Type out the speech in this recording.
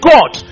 God